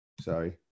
Sorry